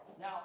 Now